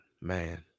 man